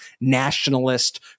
nationalist